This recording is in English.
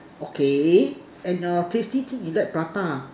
okay and your tasty thing inside prata